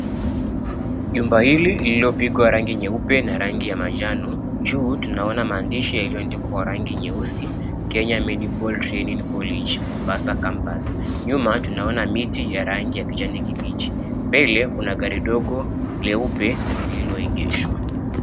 Jumba hili lililopigwa rangi nyeupe na rangi ya manjano, juu tunaona maandishi yaliyoandikwa kwa rangi nyeusi, Kenya Medical Training College Mombasa Campus. Nyuma tunaona miti ya rangi ya kijani kibichi. Mbele kuna gari dogo leupe lililoigeshwa.